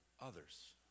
others